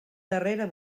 darrere